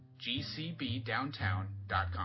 gcbdowntown.com